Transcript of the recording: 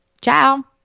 Ciao